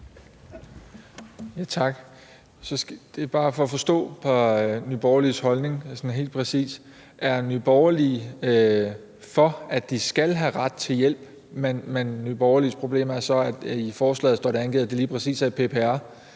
Tak. Det er bare for at forstå Nye Borgerliges holdning sådan helt præcist. Er Nye Borgerlige for, at de skal have ret til hjælp, men hvor Nye Borgerliges problem så er, at der i forslaget står angivet, at det lige præcis er PPR,